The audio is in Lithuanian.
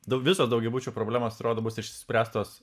daug viso daugiabučių problemos atrodo bus išspręstos